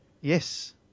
Yes